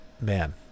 Man